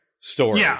story